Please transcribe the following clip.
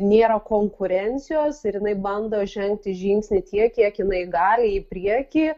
nėra konkurencijos ir jinai bando žengti žingsnį tiek kiek jinai gali į priekį